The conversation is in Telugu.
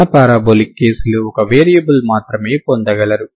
మీరు పారాబొలిక్ కేసులో ఒక వేరియబుల్ మాత్రమే పొందగలరు